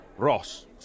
Ross